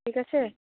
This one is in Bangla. ঠিক আছে